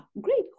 great